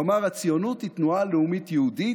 הוא אמר: הציונות היא תנועה לאומית יהודית,